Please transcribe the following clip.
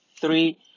three